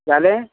जालें